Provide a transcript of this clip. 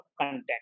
content